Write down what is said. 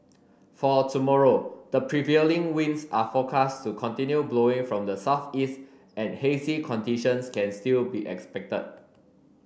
for tomorrow the prevailing winds are forecast to continue blowing from the southeast and hazy conditions can still be expected